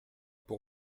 pour